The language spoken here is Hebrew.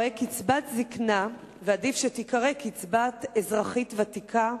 הרי קצבת זיקנה, ועדיף שתיקרא "קצבת אזרחית ותיקה"